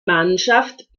mannschaft